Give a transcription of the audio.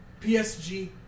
PSG